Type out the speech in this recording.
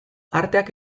arteak